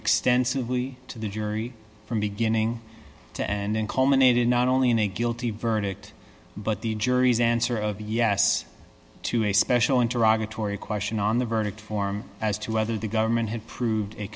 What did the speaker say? extensively to the jury from beginning to end culminated not only in a guilty verdict but the jury's answer of yes to a special interactive torrie question on the verdict form as to whether the government had proved